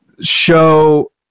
show